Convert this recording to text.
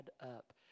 up